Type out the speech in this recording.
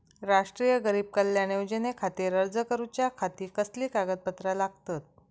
राष्ट्रीय गरीब कल्याण योजनेखातीर अर्ज करूच्या खाती कसली कागदपत्रा लागतत?